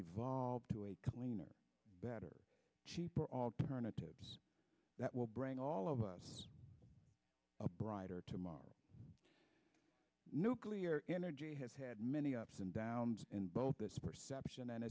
evolve to a cleaner better or alternative that will bring all of us a brighter tomorrow nuclear energy has had many ups and downs in both this perception and